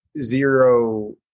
zero